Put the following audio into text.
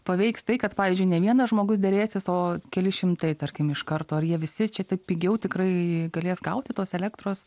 paveiks tai kad pavyzdžiui ne vienas žmogus derėsis o keli šimtai tarkim iš karto ar jie visi čia taip pigiau tikrai galės gauti tos elektros